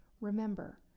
remember